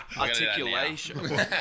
articulation